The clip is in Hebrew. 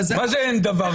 מה זה אין דבר כזה?